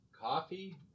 coffee